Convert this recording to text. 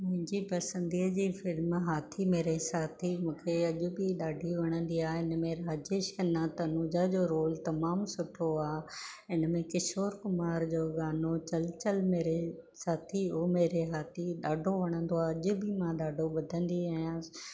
मुंहिंजी पसंदि जी फिल्म आहे हाथी मेरे साथी मूंखे अॼु बि ॾाढी वणंदी आहे हिनमें रजेश खन्ना तनुजा जो रोल तमामु सुठो आहे इनमें किशोर कुमार जो गानो चल चल मेरे साथी ओ मेरे हाथी ॾाढो वणंदो आहे अॼु बि मां ॾाढो ॿुधंदी आहियां